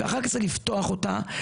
ואחר כך זה לפתוח אותה,